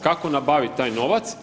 Kako nabavit taj novac?